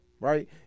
Right